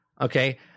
okay